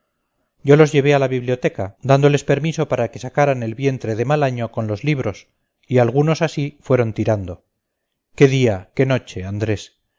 yo los llevé a la biblioteca dándoles permiso para que sacaran el vientre de mal año con los libros y algunos así fueron tirando qué día qué noche andrés